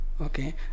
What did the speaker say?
okay